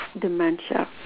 dementia